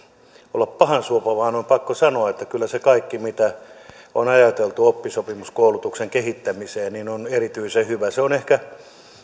olla pahansuopa vaan on pakko sanoa että kyllä se kaikki mitä on ajateltu oppisopimuskoulutuksen kehittämiseen on erityisen hyvää se on ehkä